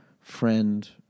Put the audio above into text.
friend